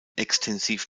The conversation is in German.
extensiv